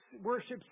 worships